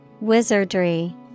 Wizardry